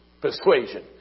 persuasion